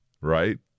right